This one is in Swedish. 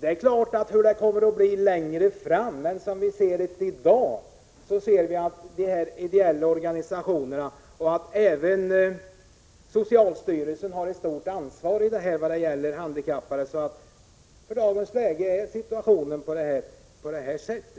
det är en sak vad som kan hända längre fram, men som förhållandena är i dag räcker det med insatserna från de ideella organisationerna liksom även från socialstyrelsen, som har ett stort ansvar för de handikappade. Vi får nog vänta något med en ombudsmannaverksamhet.